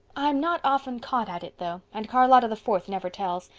i'm not often caught at it though, and charlotta the fourth never tells.